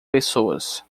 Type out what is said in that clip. pessoas